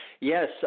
Yes